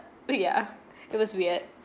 oh ya it was weird